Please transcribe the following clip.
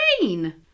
green